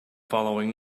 following